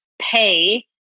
pay